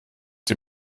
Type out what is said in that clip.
die